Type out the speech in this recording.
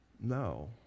no